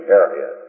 area